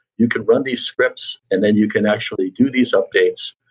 you can run the scripts and then you can actually do these updates.